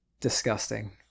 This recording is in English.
Disgusting